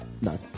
No